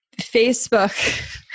Facebook